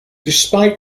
despite